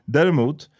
Däremot